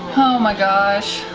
oh my gosh,